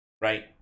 right